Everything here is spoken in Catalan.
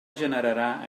generarà